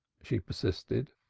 she persisted.